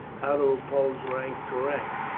how to oppose rank to rank,